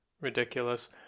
Ridiculous